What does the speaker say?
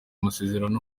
amasezerano